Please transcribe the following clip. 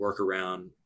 workaround